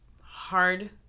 hard